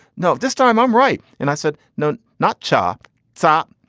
no, this time i'm right and i said, no, not chop chop.